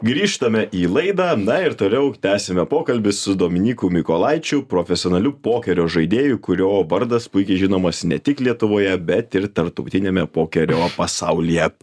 grįžtame į laidą na ir toliau tęsiame pokalbį su dominyku mykolaičiu profesionaliu pokerio žaidėju kurio vardas puikiai žinomas ne tik lietuvoje bet ir tarptautiniame pokerio pasaulyje